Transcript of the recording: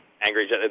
angry